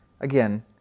again